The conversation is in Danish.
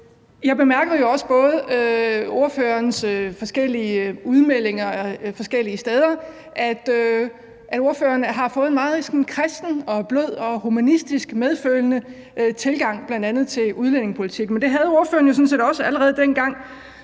Jeg bemærkede også i ordførerens forskellige udmeldinger forskellige steder, at ordføreren har fået en meget sådan kristen, blød og humanistisk medfølende tilgang, bl.a. til udlændingepolitik. Men det havde ordføreren jo sådan set også, allerede dengang